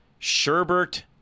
sherbert